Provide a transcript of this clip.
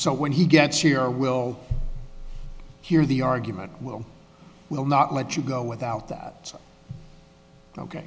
so when he gets here we'll hear the argument we'll will not let you go without that